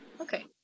okay